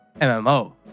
MMO